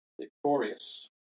victorious